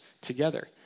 together